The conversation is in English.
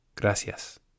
Gracias